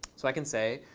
so i can say,